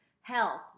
Health